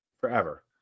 Forever